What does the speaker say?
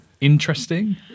interesting